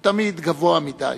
הוא תמיד גבוה מדי,